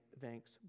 thanks